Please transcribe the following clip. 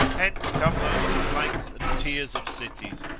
hence come those complaints and tears of cities,